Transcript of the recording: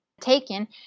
taken